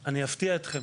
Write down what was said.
אני אפתיע אתכם,